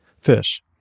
Fish